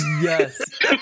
Yes